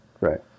right